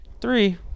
Three